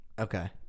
Okay